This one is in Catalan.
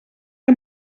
que